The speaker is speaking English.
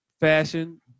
fashion